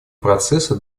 процессы